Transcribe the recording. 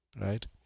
right